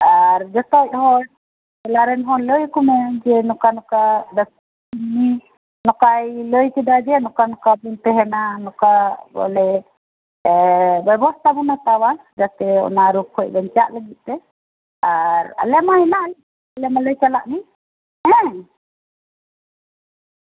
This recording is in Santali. ᱟᱨ ᱡᱚᱛᱚ ᱦᱚᱲ ᱴᱚᱞᱟ ᱨᱮᱱ ᱦᱚᱲ ᱞᱟᱹᱭ ᱟᱠᱚ ᱢᱮ ᱱᱚᱝᱠᱟ ᱱᱚᱝᱠᱟ ᱱᱚᱝᱠᱟᱭ ᱞᱟᱹᱭ ᱠᱮᱫᱟ ᱡᱮ ᱱᱚᱝᱠᱟ ᱱᱚᱝᱠᱟ ᱪᱤᱱᱛᱟᱹ ᱵᱷᱟᱵᱱᱟ ᱵᱚᱞᱮ ᱵᱮᱵᱚᱥᱛᱷᱟ ᱵᱚᱱ ᱦᱟᱛᱟᱣᱟ ᱡᱟᱛᱮ ᱚᱱᱟ ᱨᱳᱜ ᱠᱷᱚᱱ ᱵᱟᱧᱪᱟᱜ ᱞᱟᱹᱜᱤᱫᱛᱮ ᱟᱨ ᱟᱞᱮ ᱢᱟ ᱦᱮᱱᱟᱜ ᱞᱮᱜᱮᱭᱟ ᱟᱞᱮ ᱢᱟᱞᱮ ᱪᱟᱞᱟᱜ ᱜᱮ ᱦᱮᱸ